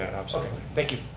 okay, thank you.